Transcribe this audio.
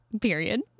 period